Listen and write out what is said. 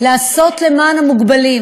לעשות למען המוגבלים,